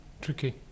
Tricky